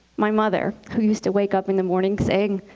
my mother, who used to wake up in the morning saying,